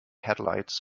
headlights